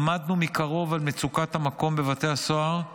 עמדנו מקרוב על מצוקת המקום בבתי הסוהר,